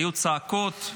היו צעקות.